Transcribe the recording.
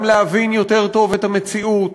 גם להבין יותר טוב את המציאות,